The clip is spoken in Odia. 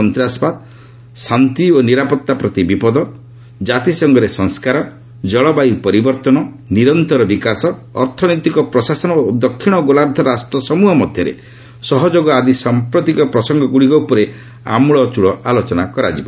ସନ୍ତାସବାଦ ଶାନ୍ତି ନିରାପଭା ପ୍ରତି ବିପଦ ଜାତିସଂଘରେ ସଂସ୍କାର ଜଳବାୟୁ ପରିବର୍ତ୍ତନ ନିରନ୍ତର ବିକାଶ ଅର୍ଥନୈତିକ ପ୍ରଶାସନ ଓ ଦକ୍ଷିଣ ଗୋଲାର୍ଦ୍ଧ ରାଷ୍ଟ୍ର ସମ୍ବହ ମଧ୍ୟରେ ସହଯୋଗ ଆଦି ସାମ୍ପ୍ରତିକ ପ୍ରସଙ୍ଗଗୁଡ଼ିକ ଉପରେ ଆତ୍ମଳଚ୍ଚଳ ଆଲୋଚନା କରାଯିବ